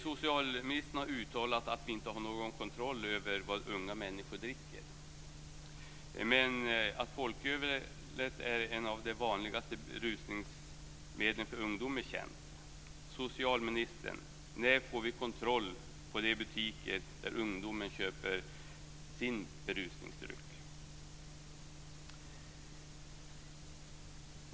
Socialministern har uttalat att vi inte har någon kontroll över vad unga människor dricker. Men att folkölet är ett av de vanligaste berusningsmedlen för ungdom är känt. Socialministern! När får vi kontroll på de butiker där ungdomen köper sin berusningsdryck?